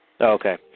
Okay